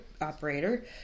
operator